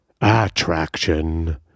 attraction